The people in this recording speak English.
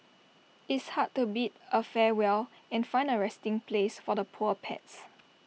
it's hard to bid A farewell and find A resting place for the poor pets